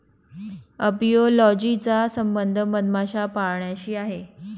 apiology चा संबंध मधमाशा पाळण्याशी आहे